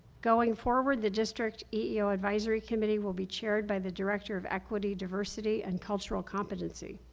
going forward, the district eeo advisory committee will be chaired by the director of equity, diversity, and cultural competency.